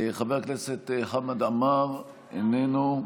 חבר הכנסת חמד עמאר, איננו.